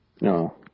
No